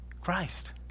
Christ